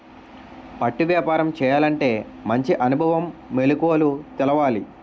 పట్టు వ్యాపారం చేయాలంటే మంచి అనుభవం, మెలకువలు తెలవాలి